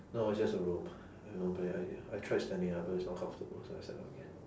no it's just the room you know but I I tried standing up but it's not comfortable so I sat down again